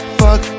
fuck